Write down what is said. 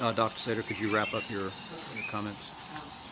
um dr. seder, could you wrap up your up and your comments?